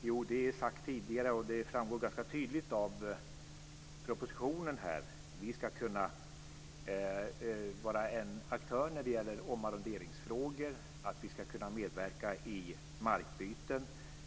Jo, det har sagts tidigare och framgår ganska tydligt av propositionen, nämligen att vi ska kunna vara en aktör när det gäller omarronderingsfrågor och att vi ska kunna medverka i markbyten.